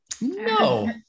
No